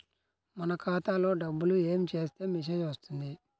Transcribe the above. మన ఖాతాలో డబ్బులు ఏమి చేస్తే మెసేజ్ వస్తుంది?